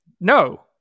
No